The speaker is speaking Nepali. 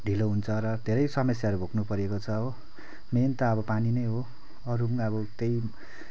ढिलो हुन्छ र धेरै समस्याहरू भोग्नु परेको छ हो मेन त अब पानी नै हो अरू पनि अब त्यही